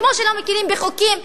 כמו שלא מכירים בחוקים,